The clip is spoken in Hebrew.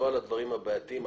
לא על הדברים הבעייתיים.